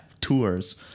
tours